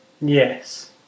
Yes